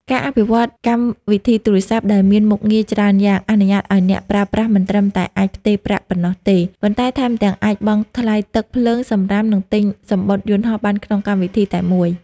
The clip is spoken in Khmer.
ការអភិវឌ្ឍកម្មវិធីទូរស័ព្ទដែលមានមុខងារច្រើនយ៉ាង អនុញ្ញាតឱ្យអ្នកប្រើប្រាស់មិនត្រឹមតែអាចផ្ទេរប្រាក់ប៉ុណ្ណោះទេ ប៉ុន្តែថែមទាំងអាចបង់ថ្លៃទឹក ភ្លើង សំរាម និងទិញសំបុត្រយន្តហោះបានក្នុងកម្មវិធីតែមួយ។